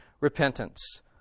repentance